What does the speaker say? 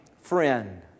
friend